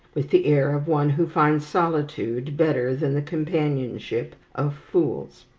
with the air of one who finds solitude better than the companionship of fools.